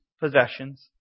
possessions